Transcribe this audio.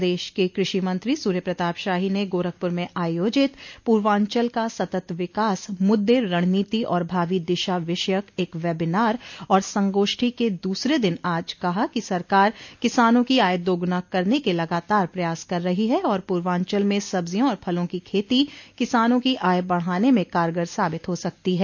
प्रदेश के कृषि मंत्री सूर्य प्रताप शाही ने गोरखपुर में आयोजित पूर्वांचल का सतत विकास मुद्दे रणनीति और भावी दिशा विषयक एक वेबिनार और संगोष्ठी के द्सरे दिन आज कहा कि सरकार किसानों की आय दोगुना करने के लगातार प्रयास कर रही है और पूर्वांचल में सब्जियों और फलों की खेती किसानों की आय बढ़ाने में कारगर साबित हो सकती है